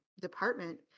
department